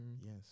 Yes